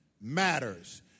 matters